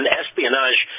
espionage